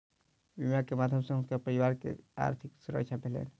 बीमा के माध्यम सॅ हुनकर परिवारक आर्थिक सुरक्षा भेलैन